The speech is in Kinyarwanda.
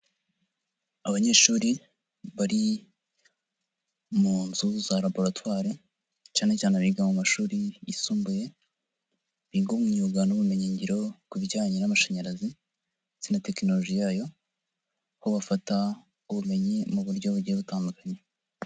abanyeshuri bari mu nzu za laboratwari cyane cyane abiga mu mashuri yisumbuye, biga mu myuga n'ubumenyi ngiro ku bijyanye n'amashanyarazi ndetse na tekinoloji yayo kuko bafata ubumenyi mu buryo bugiye butandukanye.